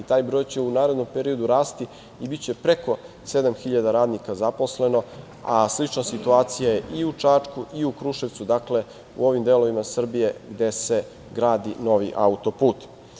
I taj broj će u narednom periodu rasti i biće preko 7.000 radnika zaposleno, a slična situacija je i u Čačku i u Kruševcu, dakle u ovim delovima Srbije gde se gradi novi autoput.